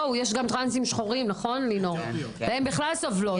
יש גם טרנסיות שחורות, הן בכלל סובלות.